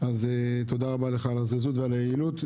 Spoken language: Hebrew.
אז תודה רבה לך על הזריזות ועל היעילות.